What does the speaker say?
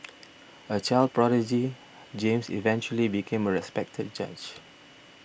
a child prodigy James eventually became a respected judge